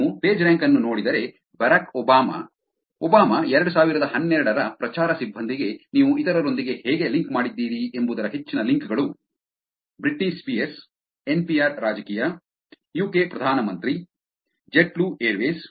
ನೀವು ಪೇಜ್ರ್ಯಾಂಕ್ ಅನ್ನು ನೋಡಿದರೆ ಬರಾಕ್ ಒಬಾಮಾ ಒಬಾಮಾ 2012 ಪ್ರಚಾರ ಸಿಬ್ಬಂದಿಗೆ ನೀವು ಇತರರೊಂದಿಗೆ ಹೇಗೆ ಲಿಂಕ್ ಮಾಡಿದ್ದೀರಿ ಎಂಬುದರ ಹೆಚ್ಚಿನ ಲಿಂಕ್ ಗಳು Britney Spears N P R ರಾಜಕೀಯ ಯುಕೆ ಪ್ರಧಾನ ಮಂತ್ರಿ ಜೆಟ್ಬ್ಲೂ ಏರ್ವೇಸ್